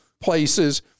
places